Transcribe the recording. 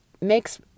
makes